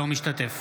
אינו משתתף